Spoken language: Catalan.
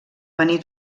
venir